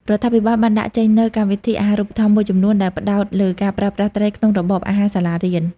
រដ្ឋាភិបាលបានដាក់ចេញនូវកម្មវិធី អាហារូបត្ថម្ភ មួយចំនួនដែលផ្តោតលើការប្រើប្រាស់ត្រីក្នុងរបបអាហារសាលារៀន។